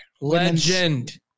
legend